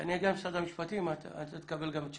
כשאני אגיע למשרד המשפטים, אתה תקבל גם את שלך.